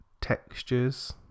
textures